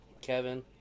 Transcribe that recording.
Kevin